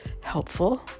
helpful